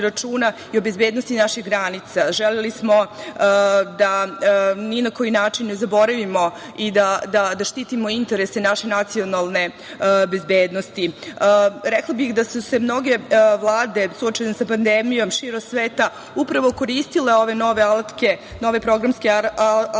i o bezbednosti naših granica. Želeli smo da ni na koji način ne zaboravimo i da štitimo interese naše nacionalne bezbednosti. Rekla bih da su se mnoge vlade suočene sa pandemijom širom sveta, upravo koristile ove nove alatke, nove programske alatke